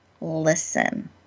listen